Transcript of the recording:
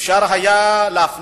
אפשר היה להפנות